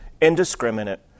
indiscriminate